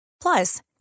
Plus